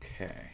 okay